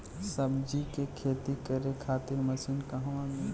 सब्जी के खेती करे खातिर मशीन कहवा मिली?